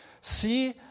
See